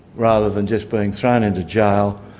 rather than just being thrown into jail.